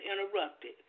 interrupted